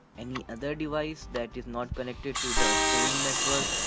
any other device that is not connected to the same network.